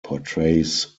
portrays